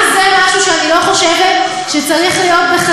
למה לא לעשות את זה נוהג לכולם?